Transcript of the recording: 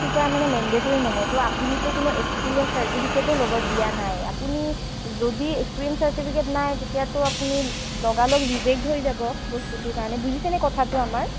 খোজা মানে মেনডেটৰি মানে আপুনিটো কোনো এক্সপিৰিয়েঞ্চ চাৰ্টিফিকেতো লগত দিয়া নাই আপুনি যদি এক্সপিৰিয়েঞ্চ চাৰ্টিফিকেট নাই তেতিয়াটো আপুনি লগালগ ৰিজেক্ট হৈ যাব বস্তুটোৰ কাৰণে বুজিছেনে কথাটো আমাৰ